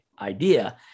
idea